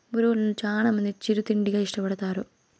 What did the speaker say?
బొరుగులను చానా మంది చిరు తిండిగా ఇష్టపడతారు